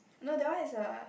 no that one is a